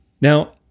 Now